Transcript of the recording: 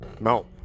No